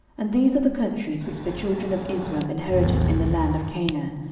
and these are the countries which the children of israel inherited in the land of canaan,